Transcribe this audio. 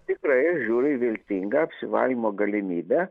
tikrai žiūriu į viltingą apsivalymo galimybę